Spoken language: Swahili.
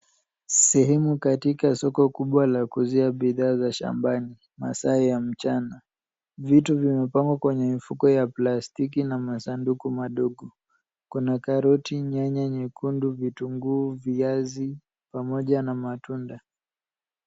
Sehemu katika soko kubwa la kuuzia bidhaa za shambani, masaa ya mchana. Vitu vimepangwa kwa mifuko ya plastiki na masanduku madogo. Kuna karoti, nyanya nyekundu, vitunguu, viazi, pamoja na matunda.